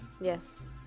Yes